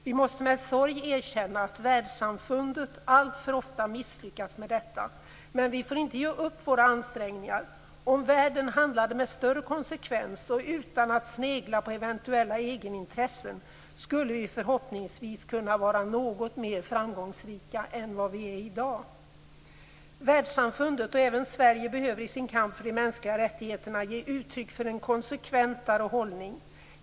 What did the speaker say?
Vi måste med sorg erkänna att världssamfundet alltför ofta misslyckas med detta, men vi får inte ge upp våra ansträngningar. Om världen handlade med större konsekvens och utan att snegla på eventuella egenintressen, skulle vi förhoppningsvis kunna vara något mer framgångsrika än vad vi är i dag. Världssamfundet och även Sverige behöver ge uttryck för en konsekventare hållning i sin kamp för de mänskliga rättigheterna.